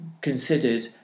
considered